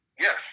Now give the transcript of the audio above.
Yes